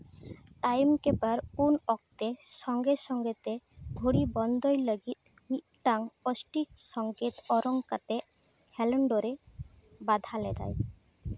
time keeper ᱩᱱ ᱚᱠᱛᱮ ᱥᱚᱸᱜᱮ ᱥᱚᱸᱜᱮ ᱛᱮ ᱜᱷᱚᱲᱤ ᱵᱚᱱᱫᱚᱭ ᱞᱟᱹᱜᱤᱫ ᱢᱤᱫᱴᱟᱝ ᱚᱥᱴᱤᱠ ᱥᱚᱝᱠᱮᱛ ᱚᱨᱚᱝ ᱠᱟᱛᱮᱫ ᱨᱮ ᱵᱟᱫᱷᱟ ᱞᱮᱫᱟᱭ